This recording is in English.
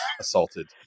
assaulted